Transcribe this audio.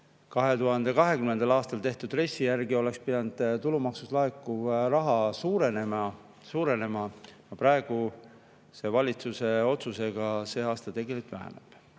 2020. aastal tehtud RES‑i järgi oleks pidanud tulumaksust laekuv raha suurenema, aga praegu see valitsuse otsusega see aasta tegelikult väheneb.